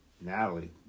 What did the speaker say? Natalie